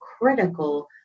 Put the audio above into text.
critical